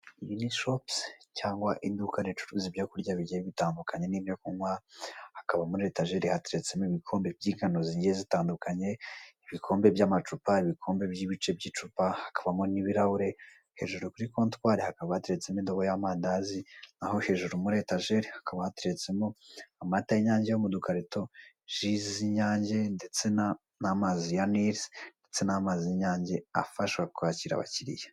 Iyi ni shopusi cyangwa iduka ricuruza ibyo kurya bigiye bitandukanye n'ibyo kunywa; hakaba muri etajeri hateretsemo ibikombe by'ingano zigiye zitandukanye: ibikombe by'amacupa, ibikombe by'ibice by'icupa hakabamo n'ibirahure; hejuru kuri kontwari hakaba hateretsemo indobo y'amandazi, naho hejuru muri etajeri hakaba hateretsemo: amata y'inyange yo mu dukarito, ji z'inyange ndetse n'amazi ya Nil, ndetse n'amazi y'inyange afasha kwakira abakiriya.